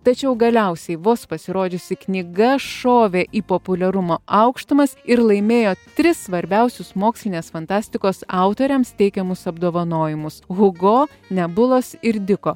tačiau galiausiai vos pasirodžiusi knyga šovė į populiarumo aukštumas ir laimėjo tris svarbiausius mokslinės fantastikos autoriams teikiamus apdovanojimus hugo nebulos ir diko